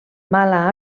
mala